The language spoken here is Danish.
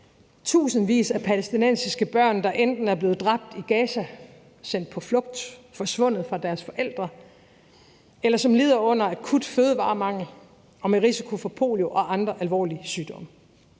tusindvis af palæstinensiske børn, der enten er blevet dræbt i Gaza, sendt på flugt, forsvundet fra deres forældre, eller som lider under akut fødevaremangel og med risiko for polio og andre alvorlige sygdomme.